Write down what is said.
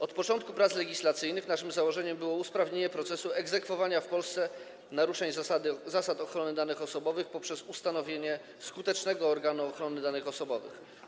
Od początku prac legislacyjnych naszym założeniem było usprawnienie procesu egzekwowania w Polsce naruszeń zasad ochrony danych osobowych poprzez ustanowienie skutecznego organu ochrony danych osobowych.